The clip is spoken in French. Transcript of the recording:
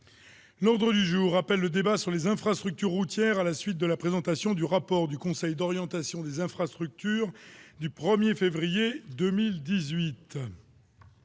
avons terminé avec le débat sur les infrastructures routières à la suite de la présentation du rapport du Conseil d'orientation des infrastructures du 1 février 2018.